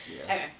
Okay